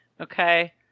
Okay